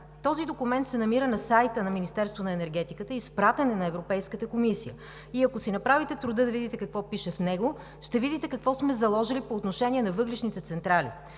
Този документ се намира на сайта на Министерството на енергетиката, изпратен е на Европейската комисия. Ако си направите труда да видите какво пише в него, ще видите какво сме заложили по отношение на въглищните централи.